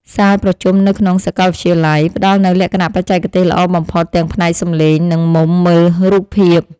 សាលប្រជុំនៅក្នុងសាកលវិទ្យាល័យ ផ្ដល់នូវលក្ខណៈបច្ចេកទេសល្អបំផុតទាំងផ្នែកសំឡេង និងមុំមើលរូបភាព។